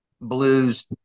blues